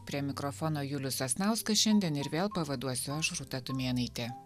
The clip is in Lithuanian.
prie mikrofono julius sasnauskas šiandien ir vėl pavaduosiu aš rūta tumėnaitė